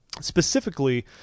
Specifically